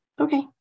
Okay